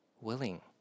willing